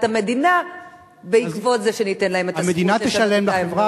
המדינה בעקבות זה שניתן להם את הזכות ל את ההמנון.